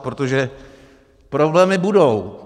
Protože problémy budou.